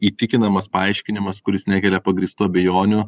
įtikinamas paaiškinimas kuris nekelia pagrįstų abejonių